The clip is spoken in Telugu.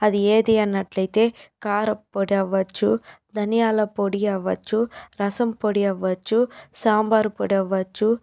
అది ఏది అన్నట్లయితే కారం పొడి అవ్వచ్చు ధనియాల పొడి అవ్వచ్చు రసం పొడి అవ్వచ్చు సాంబార్ పొడి అవ్వచ్చు